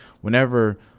whenever